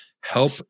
help